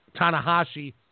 Tanahashi